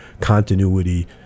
continuity